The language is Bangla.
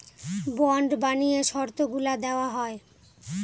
বন্ড বানিয়ে শর্তগুলা দেওয়া হয়